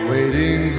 Waiting